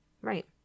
right